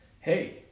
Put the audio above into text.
hey